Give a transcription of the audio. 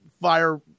Fire